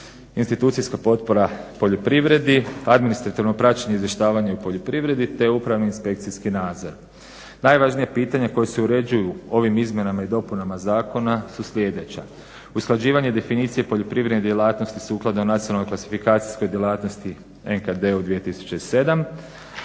institucijska potpora poljoprivredi, administrativno praćenje i izvještavanje o poljoprivredi te upravni i inspekcijski nadzor. Najvažnija pitanja koja se uređuju ovim izmjenama i dopunama zakona su sljedeća, usklađivanje definicije poljoprivredne djelatnosti sukladno nacionalnoj klasifikacijskoj djelatnosti NKD-u 2007